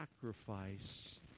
sacrifice